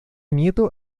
nieto